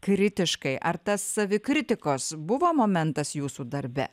kritiškai ar tas savikritikos buvo momentas jūsų darbe